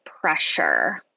pressure